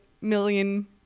million